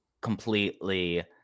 completely